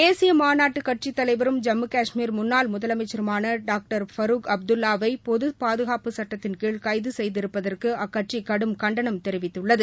தேசிய மாநாட்டுக் கட்சித் தலைவரும் ஜம்மு கஷ்மீர் முன்னாள் முதலமைச்சருமான டாக்டர் ஃபரூக் அப்துல்லாவை பொது பாதுகாப்புச் சட்டத்தின் கீழ் கைது செய்திருப்பதற்கு அக்கட்சி கடும் கண்டனம் தெரிவித்துள்ளது